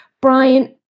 Brian